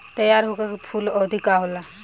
तैयार होखे के कूल अवधि का होला?